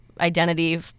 identity